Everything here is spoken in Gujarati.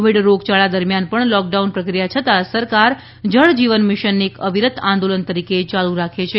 કોવિડ રોગયાળા દરમિયાન પણ લોકડાઉન પ્રક્રિયા છતાં સરકાર જળ જીવન મિશનને એક અવિરત આંદોલન તરીકે યાલુ રાખે છે